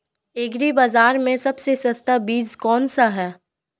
Agree बाज़ार में सबसे सस्ता बीज कौनसा है?